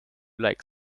like